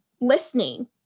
listening